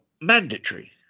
mandatory